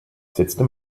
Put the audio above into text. setzte